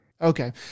Okay